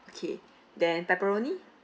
okay then pepperoni